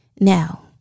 Now